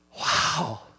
Wow